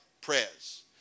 prayers